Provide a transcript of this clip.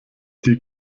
die